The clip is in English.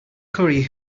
curry